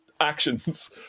actions